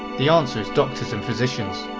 the answer is doctors and physicians.